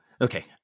Okay